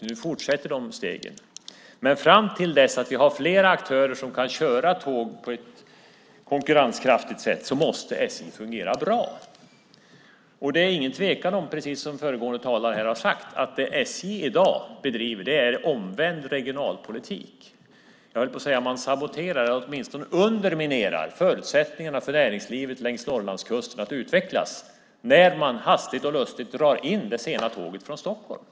Nu fortsätter stegen. Men fram tills vi har flera aktörer som kan köra tågen på ett konkurrenskraftigt sätt måste SJ fungera bra. Det är ingen tvekan, precis som föregående talare har sagt, om att det SJ i dag bedriver är omvänd regionalpolitik. Jag höll på att säga att man saboterar, men man åtminstone underminerar förutsättningarna för näringslivet längs Norrlandskusten att utvecklas när man hastigt och lustigt drar in det sena tåget från Stockholm.